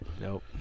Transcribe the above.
Nope